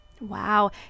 Wow